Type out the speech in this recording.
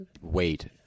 wait